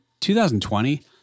2020